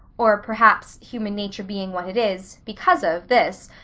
or perhaps, human nature being what it is, because of. this,